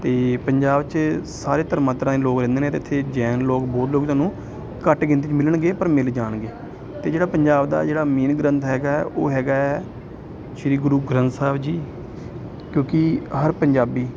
ਅਤੇ ਪੰਜਾਬ 'ਚ ਸਾਰੇ ਧਰਮਾਂ ਤਰ੍ਹਾਂ ਦੇ ਲੋਕ ਰਹਿੰਦੇ ਨੇ ਇੱਥੇ ਜੈਨ ਲੋਕ ਬਹੁਤ ਲੋਕ ਤੁਹਾਨੂੰ ਘੱਟ ਗਿਣਤੀ 'ਚ ਮਿਲਣਗੇ ਪਰ ਮਿਲ ਜਾਣਗੇ ਅਤੇ ਜਿਹੜਾ ਪੰਜਾਬ ਦਾ ਜਿਹੜਾ ਮੇਨ ਗ੍ਰੰਥ ਹੈਗਾ ਉਹ ਹੈਗਾ ਸ਼੍ਰੀ ਗੁਰੂ ਗ੍ਰੰਥ ਸਾਹਿਬ ਜੀ ਕਿਉਂਕਿ ਹਰ ਪੰਜਾਬੀ